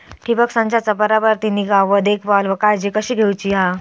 ठिबक संचाचा बराबर ती निगा व देखभाल व काळजी कशी घेऊची हा?